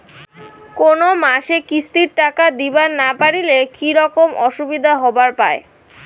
কোনো মাসে কিস্তির টাকা দিবার না পারিলে কি রকম অসুবিধা হবার পায়?